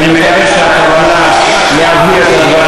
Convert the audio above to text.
אני מקווה שהכוונה היא להבהיר את הדברים